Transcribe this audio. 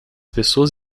pessoas